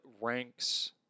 ranks